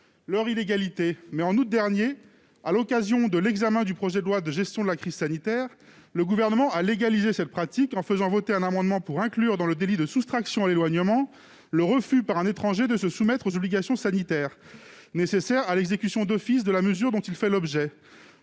leur illégalité. Mais en août dernier, à l'occasion de l'examen du projet de loi relatif à la gestion de la crise sanitaire, le Gouvernement a légalisé cette pratique en faisant voter un amendement visant à inclure dans le délit de soustraction à l'exécution d'une mesure d'éloignement le refus par un étranger de se soumettre aux obligations sanitaires nécessaires à l'exécution d'office de la mesure dont il fait l'objet.